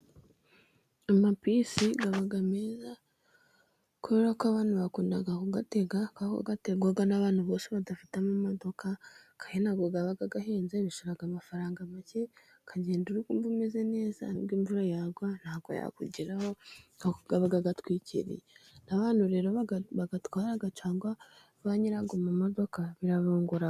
Amabisi aba meza kubera ko abantu bakunda kuyatega, aho ategwa n'abantu bose badafite amamodoka, kandi ntabwo aba ahenze bishaka amafaranga make, ukagenda uri kumva umeze neza nubwo imvura yagwa ntabwo yakugeraho, kuko aba atwikiriye, n' abantu rero bayatwara cyangwa ba nyirayo mamodoka birabungura.